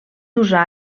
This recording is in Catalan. usar